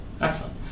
Excellent